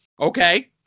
Okay